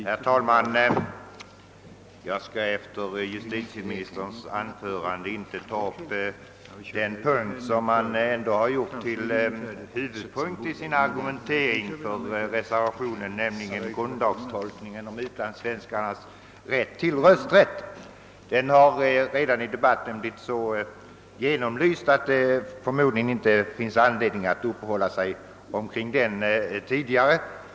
Herr talman! Jag skall efter justitieministerns anförande inte ta upp den punkt som man gjort till huvudpunkt i argumenteringen för «reservationen, nämligen tolkningen av grundlagsbestämmelserna med hänsyn till utlands svenskarnas rösträtt. Den saken har redan tidigare i debatten belysts så ingående, att det förmodligen inte finns anledning att uppehålla sig därvid.